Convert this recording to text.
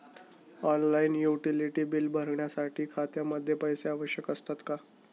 Online utility बिले भरण्यासाठी खात्यामध्ये पैसे आवश्यक असतात का?